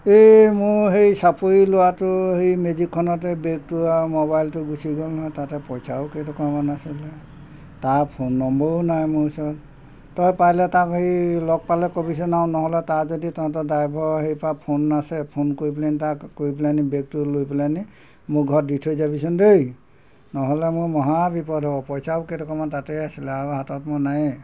এই মোৰ সেই চাপৰি ল'ৰাটো সেই মেজিকখনতে বেগটো আৰু মোবাইলটো গুচি গ'ল নহয় তাতে পইচাও কেইটোকামান আছিলে তাৰ ফোন নম্বৰো নাই মোৰ ওচৰত তই পালে তাক সেই লগ পালে ক'বিচোন আৰু নহ'লে তাৰ যদি তহঁতৰ ড্ৰাইভৰ সেইপা ফোন আছে ফোন কৰি পেলাইনি তাক কৰি পেলাইনি বেগটো লৈ পেলাইনি মোৰ ঘৰত দি থৈ যাবিচোন দেই নহ'লে মোৰ মহা বিপদ হ'ব পইচাও কেইটোকামান তাতে আছিলে আৰু হাতত মোৰ নায়েই